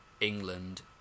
england